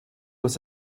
was